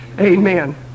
Amen